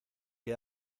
que